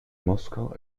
moskau